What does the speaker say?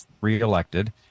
reelected